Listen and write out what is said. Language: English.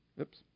Oops